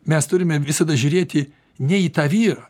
mes turime visada žiūrėti ne į tą vyrą